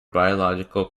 biological